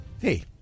Hey